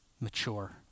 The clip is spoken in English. mature